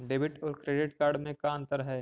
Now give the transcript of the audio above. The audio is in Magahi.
डेबिट और क्रेडिट कार्ड में का अंतर है?